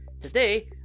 Today